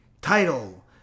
title